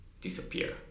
disappear